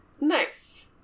Nice